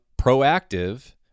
proactive